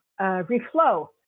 reflow